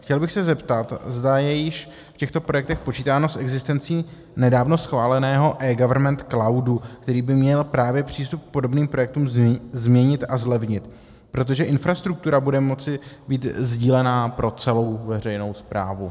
Chtěl bych se zeptat, zda je již v těchto projektech počítáno s existencí nedávno schváleného eGovernment cloudu, který by měl právě přístup k podobným projektům změnit a zlevnit, protože infrastruktura bude moci být sdílená pro celou veřejnou správu.